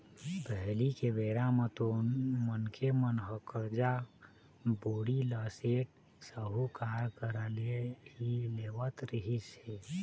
पहिली के बेरा म तो मनखे मन ह करजा, बोड़ी ल सेठ, साहूकार करा ले ही लेवत रिहिस हे